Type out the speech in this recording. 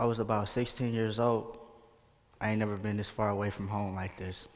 i was about sixteen years old i never been this far away from home like th